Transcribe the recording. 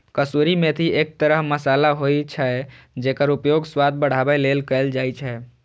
कसूरी मेथी एक तरह मसाला होइ छै, जेकर उपयोग स्वाद बढ़ाबै लेल कैल जाइ छै